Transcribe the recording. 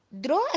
Draw